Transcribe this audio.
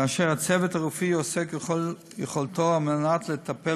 כאשר הצוות הרפואי עושה ככל יכולתו כדי לטפל